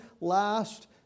last